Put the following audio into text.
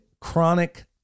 chronic